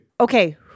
Okay